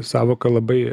sąvoka labai